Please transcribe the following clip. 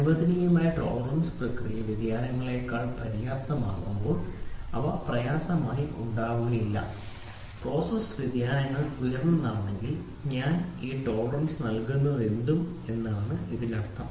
അനുവദനീയമായ ടോളറൻസ് പ്രക്രിയ വ്യതിയാനങ്ങളേക്കാൾ പര്യാപ്തമാകുമ്പോൾ പ്രയാസകരമായി ഉണ്ടാകില്ല പ്രോസസ്സ് വ്യതിയാനത്തേക്കാൾ ഉയർന്നതാണെങ്കിൽ ഞാൻ ഈ ടോളറൻസ് നൽകുന്നതെന്തും എന്നാണ് ഇതിനർത്ഥം